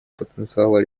потенциала